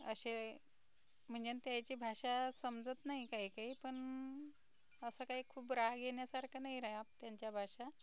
असे म्हणजे त्याची भाषा समजत नाही काही काही पण असं काही खूप राग येण्यासारखं नाही राहत त्यांच्या भाषा